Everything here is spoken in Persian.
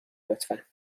لطفا